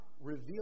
reveal